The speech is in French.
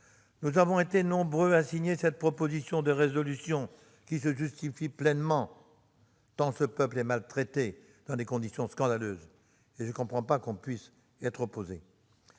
Nous avons été nombreux à signer cette proposition de résolution, qui se justifie pleinement tant ce peuple est maltraité et vit dans des conditions scandaleuses. Je ne comprends pas que l'on puisse y être opposé.